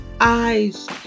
Eyes